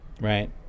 Right